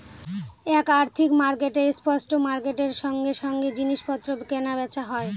এক আর্থিক মার্কেটে স্পট মার্কেটের সঙ্গে সঙ্গে জিনিস পত্র কেনা বেচা হয়